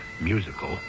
musical